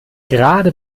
gerade